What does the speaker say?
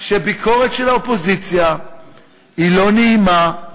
שביקורת של האופוזיציה היא לא נעימה,